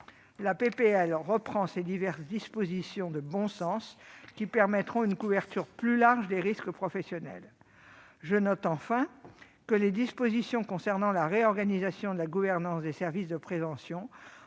texte reprend ces diverses dispositions de bon sens, qui permettront une couverture plus large des risques professionnels. De plus, je note que les dispositions concernant la réorganisation de la gouvernance des services de prévention